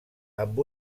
amb